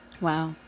Wow